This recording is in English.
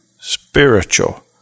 spiritual